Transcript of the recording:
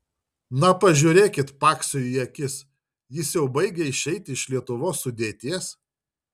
na pažiūrėkit paksiui į akis jis jau baigia išeiti iš lietuvos sudėties